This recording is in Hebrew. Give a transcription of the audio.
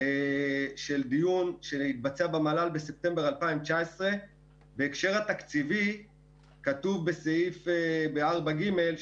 של דיון שהתקיים במל"ל בספטמבר 2019. בהקשר התקציבי כתוב בסעיף 4(ג):